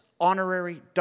honorary